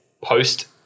post